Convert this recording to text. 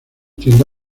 tiende